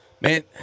Man